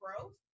growth